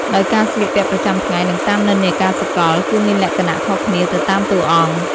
ដោយការស្លៀកពាក់ប្រចាំថ្ងៃ និងតាមនិន្នាការសកល គឺមានលក្ខណៈខុសគ្នាទៅតាមតួអង្គ។